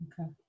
Okay